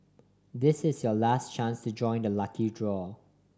this is your last chance to join the lucky draw